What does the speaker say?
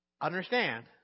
Understand